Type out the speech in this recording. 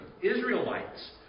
Israelites